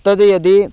तत् यदि